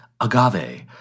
agave